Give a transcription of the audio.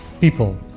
people